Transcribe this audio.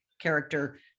character